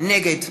נגד